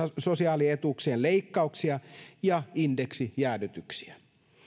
sosiaalietuuksien leikkauksia ja indeksijäädytyksiä